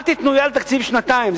אל תיתנו יד לתקציב של שנתיים,